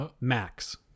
Max